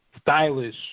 stylish